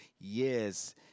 yes